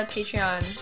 Patreon